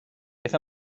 beth